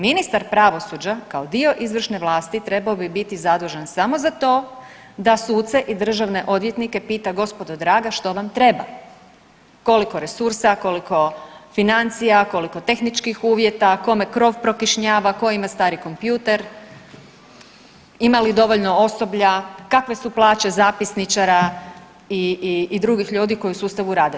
Ministar pravosuđa kao dio izvršne vlasti trebao bi biti zadužen samo za to da suce i državne odvjetnike pita gospodo draga što vam treba, koliko resursa, koliko financija, koliko tehničkih uvjeta, kome krov prokišnjava, tko ima stari kompjuter, ima li dovoljno osoblja, kakve su plaće zapisničara i drugih ljudi koji u sustavu rade.